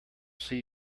see